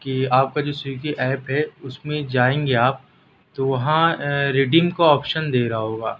کہ آپ کا جو سویگی ایپ ہے اس میں جائیں گے آپ تو وہاں ریڈیم کا آپشن دے رہا ہوگا